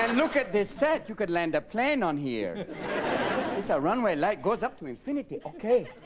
and look at this set you could land a plane on here it's ah a runway light goes up to infinity okay?